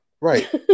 right